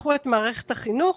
כשפתחו את מערכת החינוך,